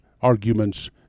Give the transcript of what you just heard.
arguments